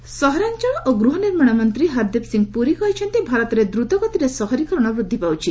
Puri housing ସହରାଞ୍ଚଳ ଓ ଗୃହ ନିର୍ମାଣ ମନ୍ତ୍ରୀ ହରଦୀପ ସିଂହ ପୁରୀ କହିଛନ୍ତି ଭାରତରେ ଦ୍ରତଗତିରେ ସହରୀକରଣ ବୃଦ୍ଧି ପାଉଛି